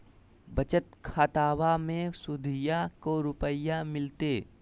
बचत खाताबा मे सुदीया को रूपया मिलते?